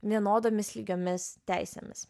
vienodomis lygiomis teisėmis